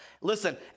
Listen